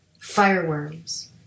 Fireworms